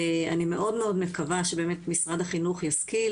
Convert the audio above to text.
ואני מאוד מאוד מקווה שבאמת משרד החינוך ישכיל